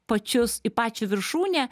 pačius į pačią viršūnę